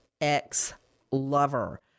ex-lover